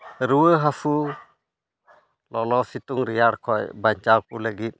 ᱨᱩᱣᱟᱹ ᱦᱟᱹᱥᱩ ᱞᱚᱞᱚ ᱥᱤᱛᱩᱝ ᱨᱮᱭᱟᱲ ᱠᱷᱚᱡ ᱵᱟᱧᱪᱟᱣ ᱠᱚ ᱞᱟᱹᱜᱤᱫ